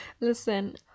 listen